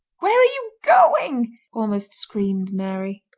where are you going almost screamed mary.